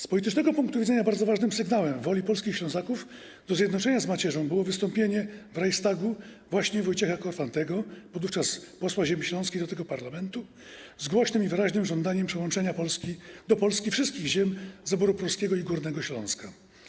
Z politycznego punktu widzenia bardzo ważnym sygnałem woli polskich Ślązaków odnośnie do zjednoczenia z macierzą było wystąpienie w Reichstagu właśnie Wojciecha Korfantego, podówczas posła ziemi śląskiej do tego parlamentu, z głośnym i wyraźnym żądaniem przyłączenia do Polski wszystkich ziem zaboru pruskiego i Górnego Śląska.